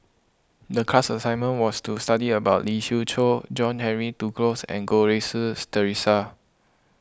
the class assignment was to study about Lee Siew Choh John Henry Duclos and Goh Rui Si theresa